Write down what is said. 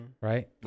right